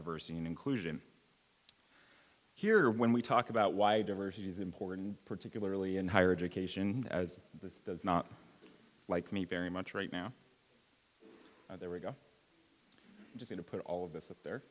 diversity and inclusion here when we talk about why diversity is important particularly in higher education as this does not like me very much right now there we go just to put all of this that there